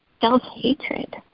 self-hatred